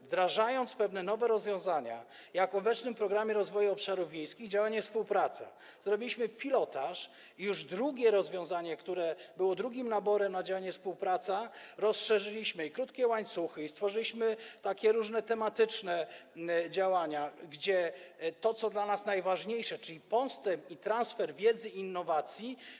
Wdrażając pewne nowe rozwiązania jak w obecnym Programie Rozwoju Obszarów Wiejskich działanie: Współpraca, zrobiliśmy pilotaż, a już w drugim rozwiązaniu, które było drugim naborem w ramach działania: Współpraca, rozszerzyliśmy krótkie łańcuchy, stworzyliśmy różne tematyczne działania, gdzie to, co dla nas najważniejsze, czyli postęp i transfer wiedzy i innowacji.